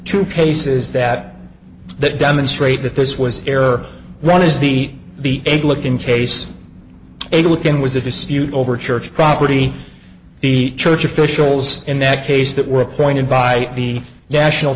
two cases that that demonstrate that this was error run is the be a look in case a look in was a dispute over church property the church officials in that case that were appointed by the national